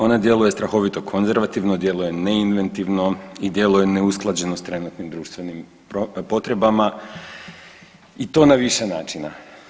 Ona djeluje strahovito konzervativno, djeluje neinventivno i djeluje neusklađeno s trenutnim društvenim potrebama i to na više načina.